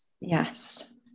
yes